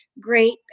great